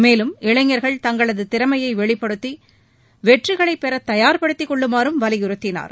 மேலும் இளைஞர்கள் தங்களது திறமையை வெளிப்படுத்தி வெற்றிகளைப்பெற தயார்படுத்திக் கொள்ளுமாறும் வலியுறுத்தினார்